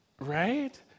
right